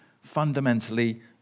fundamentally